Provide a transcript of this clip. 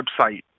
website